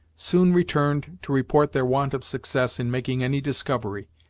soon returned to report their want of success in making any discovery.